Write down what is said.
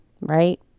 right